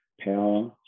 power